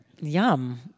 Yum